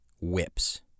Whips